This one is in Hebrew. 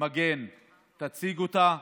מגן תציג אותה.